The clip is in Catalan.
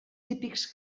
típics